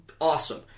awesome